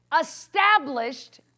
Established